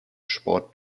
sport